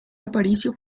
aparicio